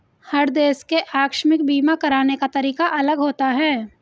हर देश के आकस्मिक बीमा कराने का तरीका अलग होता है